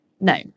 no